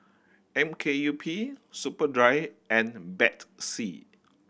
M K U P Superdry and Betsy